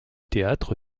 théâtre